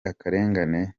akarengane